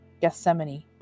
Gethsemane